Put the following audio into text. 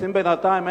שעושים בינתיים.